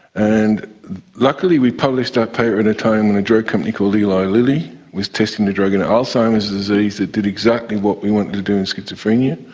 and luckily we published our paper at a time when a drug company called eli lilly was testing a drug in alzheimer's disease that did exactly what we wanted to do in schizophrenia.